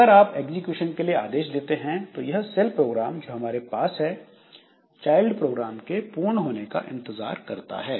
अगर आप एग्जीक्यूशन के लिए आदेश देते हैं तो यह सेल प्रोग्राम जो हमारे पास है चाइल्ड प्रोग्राम के पूर्ण होने का इंतजार करता है